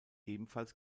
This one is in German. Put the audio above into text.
ebenfalls